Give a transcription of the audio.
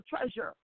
treasure